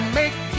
make